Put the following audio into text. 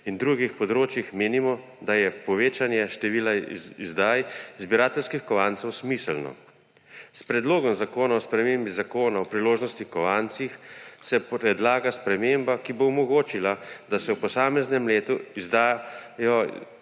in drugih področjih menimo, da je povečanje števila izdaj zbirateljskih kovancev smiselno. S Predlogom zakona o spremembi Zakona o priložnostnih kovancih se predlaga sprememba, ki bo omogočila, da se v posameznem letu izdajajo